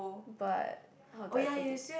but how do I put it